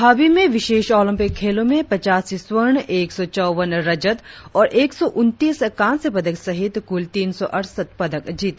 भारत ने अब्रधाबी में विशेष ओलम्पिक खेलों में पचासी स्वर्ण एक सौ चौवन रजत और एक सौ उनतीस कांस्य पदक सहित कूल तीन सौ अड़सठ पदक जीते